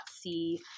see